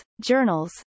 journals